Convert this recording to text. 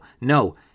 no